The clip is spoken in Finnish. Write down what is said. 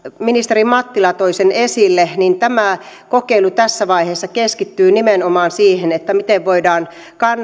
ministeri mattila toi esille tämä kokeilu tässä vaiheessa keskittyy nimenomaan siihen miten voidaan